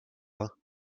vin